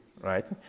Right